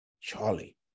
Charlie